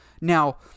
Now